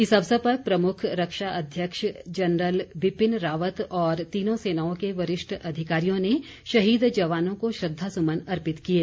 इस अवसर पर प्रमुख रक्षा अध्यक्ष जनरल बिपिन रावत और तीनों सेनाओं के वरिष्ठ अधिकारियों ने शहीद जवानों को श्रद्वासुमन अर्पित किये